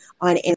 on